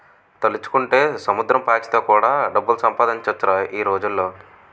తలుచుకుంటే సముద్రం పాచితో కూడా డబ్బులు సంపాదించొచ్చురా ఈ రోజుల్లో